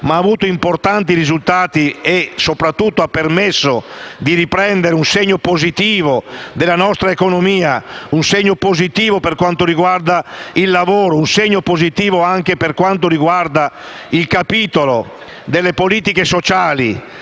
ma importanti risultati e soprattutto ha permesso di conseguire un segno positivo per la nostra economia, un segno positivo per quanto riguarda il lavoro. Vi è un segno positivo anche per quanto riguarda il capitolo delle politiche sociali,